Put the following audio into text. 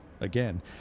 Again